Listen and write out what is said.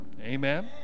amen